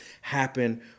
happen